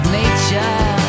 nature